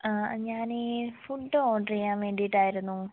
ഞാനേ food order ചെയ്യാൻ വേണ്ടീട്ടായിരുന്നു